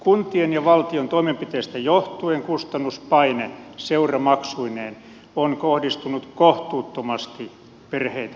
kuntien ja valtion toimenpiteistä johtuen kustannuspaine seuramaksuineen on kohdistunut kohtuuttomasti perheisiin